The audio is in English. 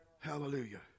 Hallelujah